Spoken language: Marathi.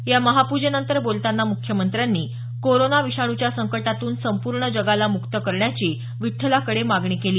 या महापूजेनंतर बोलतांना मुख्यमंत्र्यांनी कोरोना विषाणूच्या संकटातून संपूर्ण जगाला मुक्त करण्याची विठ्ठलाकडे मागणी केली